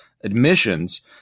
admissions